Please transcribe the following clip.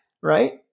Right